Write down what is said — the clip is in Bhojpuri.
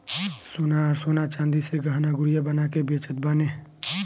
सोनार सोना चांदी से गहना गुरिया बना के बेचत बाने